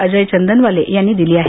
अजय चंदवाले यांनी दिली आहे